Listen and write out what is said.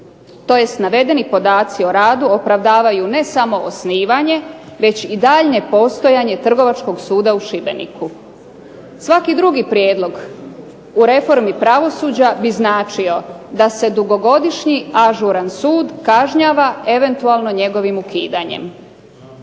tj. navedeni podaci o radu opravdavaju ne samo osnivanje već i daljnje postojanje Trgovačkog suda u Šibeniku. Svaki drugi prijedlog u reformi pravosuđa bi značio da se dugogodišnji ažuran sud kažnjava eventualno njegovim ukidanjem.